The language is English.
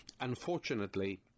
unfortunately